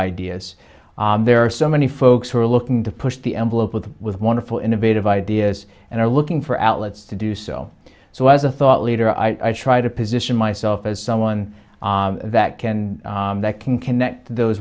ideas there are so many folks who are looking to push the envelope with with wonderful innovative ideas and are looking for outlets to do so so as a thought leader i try to position myself as someone that can that can connect those